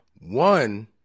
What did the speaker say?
One